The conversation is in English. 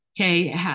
Okay